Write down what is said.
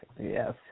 Yes